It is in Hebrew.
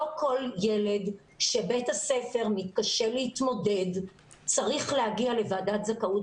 לא כל ילד שבית הספר מתקשה להתמודד צריך להגיע לוועדת זכאות